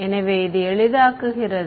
எனவே இது எளிதாக்குகிறது